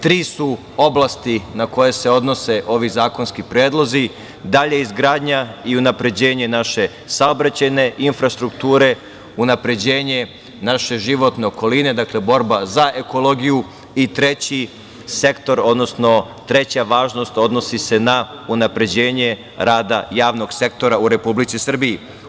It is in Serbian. Tri su oblasti na koje se odnose ovi zakonski predlozi - dalja izgradnja i unapređenje naše saobraćajne infrastrukture, unapređenje naše životne okoline, dakle, borba za ekologiju i treći sektor, odnosno treća važnost odnosi se na unapređenje rada javnog sektora u Republici Srbiji.